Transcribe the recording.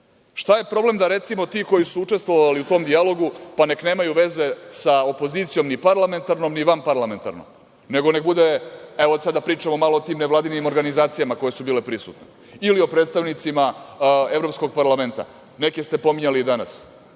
je problem da, recimo, ti koji su učestvovali u tom dijalogu, pa nek nemaju veze sa opozicijom ni parlamentarnom ni vanparlamentarnom, nego neka bude, evo, sada pričamo malo o tim nevladinim organizacijama koje su bile prisutne ili o predstavnicima Evropskog parlamenta. Neke ste pominjali danas,